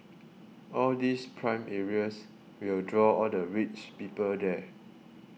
all these prime areas will draw all the rich people there